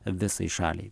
visai šaliai